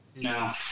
No